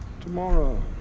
Tomorrow